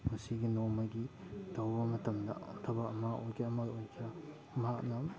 ꯉꯁꯤꯒꯤ ꯅꯣꯡꯃꯒꯤ ꯇꯧꯕ ꯃꯇꯝꯗ ꯊꯕꯛ ꯑꯃ ꯑꯣꯏꯒꯦꯔ ꯑꯃ ꯑꯣꯏꯒꯦꯔ ꯃꯍꯥꯛꯅ